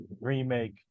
remake